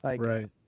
right